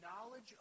knowledge